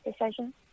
decision